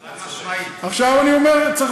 אתה צודק.